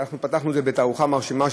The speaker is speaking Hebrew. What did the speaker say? פתחנו בתערוכה מרשימה,